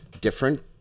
different